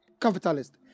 capitalist